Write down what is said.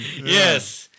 Yes